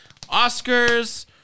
Oscars